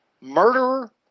murderer